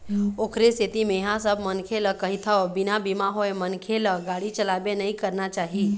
ओखरे सेती मेंहा सब मनखे ल कहिथव बिना बीमा होय मनखे ल गाड़ी चलाबे नइ करना चाही